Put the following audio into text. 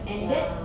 ya